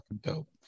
dope